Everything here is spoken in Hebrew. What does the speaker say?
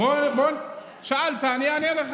חבר הכנסת סובה.